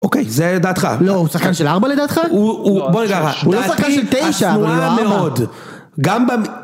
אוקיי זה דעתך לא הוא שחקן של ארבע לדעתך, הוא לא שחקן של תשע, הוא שחקן של ארבע